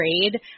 trade